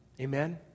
Amen